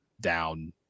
down